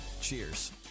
Cheers